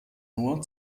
nur